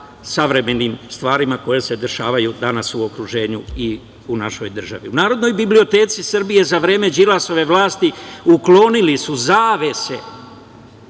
savremenim stvarima koje se dešavaju danas u okruženju i u našoj državi.U Narodnoj biblioteci Srbije za vreme Đilasove vlasti uklonili su zavese,